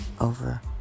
over